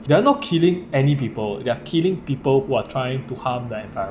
they're not killing any people they're killing people who are trying to harm the environment